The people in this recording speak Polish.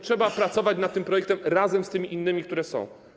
Trzeba pracować nad tym projektem razem z tymi innymi, które są.